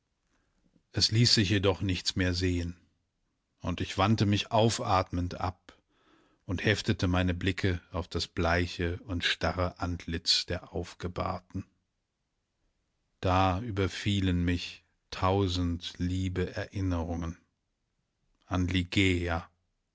es ließ sich jedoch nichts mehr sehen und ich wandte mich aufatmend ab und heftete meine blicke auf das bleiche und starre antlitz der aufgebahrten da überfielen mich tausend liebe erinnerungen an ligeia